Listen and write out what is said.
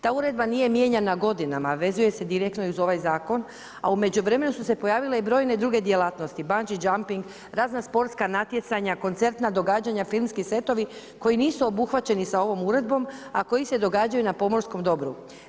Ta uredba nije mijenjana godinama, vezuje se direktno i uz ovaj zakon, a u međuvremenu su se pojavile i brojne druge djelatnosti, bungee jumping, razna sportska natjecanja, koncertna događanja, filmski setovi koji nisu obuhvaćeni sa ovom uredbom a koji se događaju na pomorskom dobru.